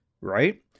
right